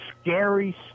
scary